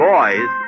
Boys